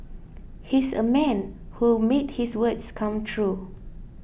he's a man who made his words come true